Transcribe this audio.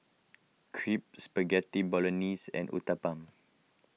Crepe Spaghetti Bolognese and Uthapam